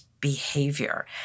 behavior